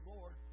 Lord